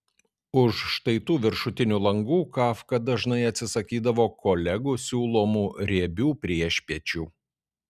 už štai tų viršutinių langų kafka dažnai atsisakydavo kolegų siūlomų riebių priešpiečių